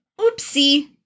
Oopsie